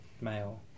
male